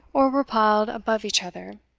or were piled above each other,